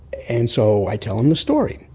and so i tell him the story.